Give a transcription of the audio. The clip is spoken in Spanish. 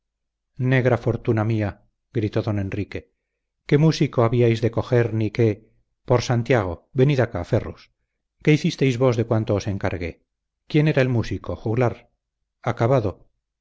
negra fortuna mía gritó don enrique qué músico habíais de coger ni qué por santiago venid acá ferrus qué hicisteis vos de cuanto os encargué quién era el músico juglar acabado